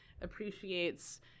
appreciates